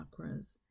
chakras